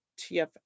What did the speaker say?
tf